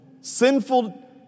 sinful